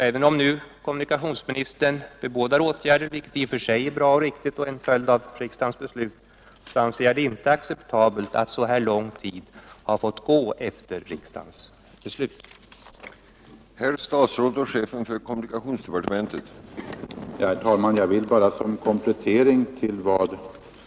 Även om kommunikationsministern alltså nu bebådar åtgärder, vilket i och för sig är bra och riktigt och en följd av riksdagens beslut, anser jag det inte acceptabelt att så här lång tid har fått gå efter riksdagens beslut utan att något gjorts.